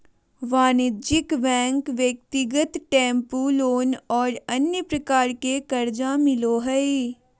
वाणिज्यिक बैंक ब्यक्तिगत tempo loan और अन्य प्रकार के कर्जा मिलो हइ